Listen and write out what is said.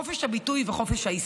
חופש הביטוי וחופש העיסוק.